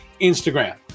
instagram